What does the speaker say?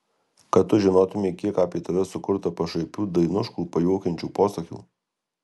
kad tu žinotumei kiek apie tave sukurta pašaipių dainuškų pajuokiančių posakių